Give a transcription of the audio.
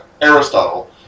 Aristotle